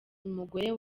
umugore